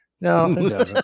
No